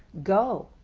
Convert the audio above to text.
go!